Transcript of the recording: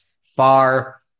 far